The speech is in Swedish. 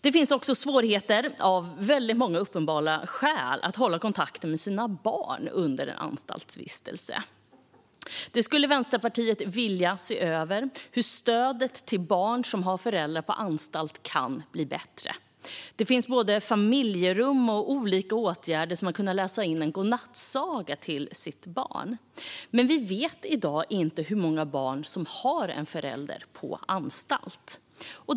Av många uppenbara skäl finns det också svårigheter att hålla kontakten med sina barn under en anstaltsvistelse. Vänsterpartiet skulle vilja se över hur stödet till barn som har föräldrar på anstalt kan bli bättre. Det finns både familjerum och olika åtgärder, till exempel att kunna läsa in en godnattsaga till sina barn. Men vi vet i dag inte hur många barn som har en förälder på anstalt.